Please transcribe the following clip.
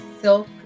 silk